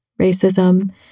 racism